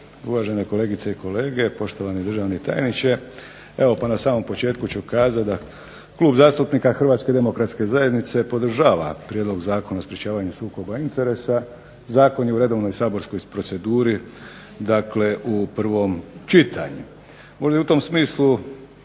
Uvažene kolegice i kolege, poštovani državni tajniče. Evo pa na samom početku ću kazat da Klub zastupnika Hrvatske demokratske zajednice podržava Prijedlog zakona o sprečavanju sukoba interesa. Zakon je u redovnoj saborskoj proceduri dakle u prvom čitanju. Možda je i u tom smislu